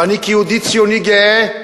ואני, כיהודי ציוני גאה,